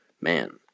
man